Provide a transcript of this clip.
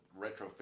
retrofit